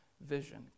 vision